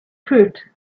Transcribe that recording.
fruit